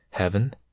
heaven